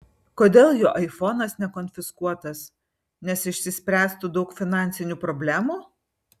kodėl jo aifonas nekonfiskuotas nes išsispręstų daug finansinių problemų